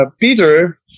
Peter